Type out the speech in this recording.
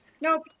nope